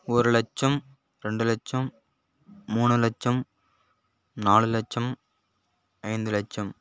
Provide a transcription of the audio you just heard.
ஒரு லட்சம் ரெண்டு லட்சம் மூணு லட்சம் நாலு லட்சம் ஐந்து லட்சம்